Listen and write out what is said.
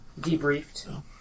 debriefed